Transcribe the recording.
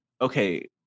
okay